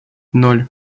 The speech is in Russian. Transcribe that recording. ноль